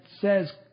says